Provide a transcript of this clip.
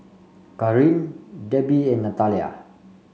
Kareen Debby and Natalia